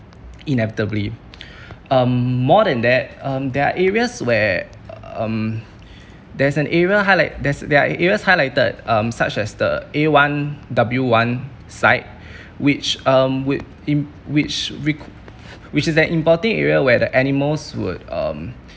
inevitably um more than that um there are areas where um there's an area highlight there's areas highlighted um such as the A_one_W_one site which um whi~ imp~ which re~ which is an important area where the animals would um